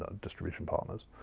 ah distribution partners,